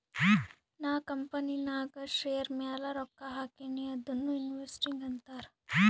ನಾ ಕಂಪನಿನಾಗ್ ಶೇರ್ ಮ್ಯಾಲ ರೊಕ್ಕಾ ಹಾಕಿನಿ ಅದುನೂ ಇನ್ವೆಸ್ಟಿಂಗ್ ಅಂತಾರ್